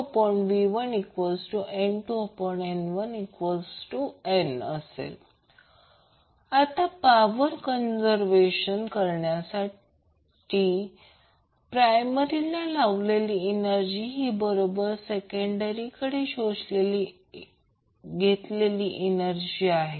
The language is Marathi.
v2v1N2N1n 2445 आता पावर कंजर्वेशन कारण्यासाठी प्रायमरीला लावलेली एनर्जी ही बरोबर सेकंडरीकडे शोषून घेतलेली एनर्जी आहे